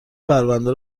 پرونده